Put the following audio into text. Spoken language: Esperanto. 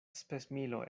spesmilo